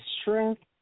strength